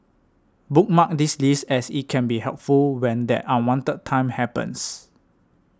bookmark this list as it can be helpful when that unwanted time happens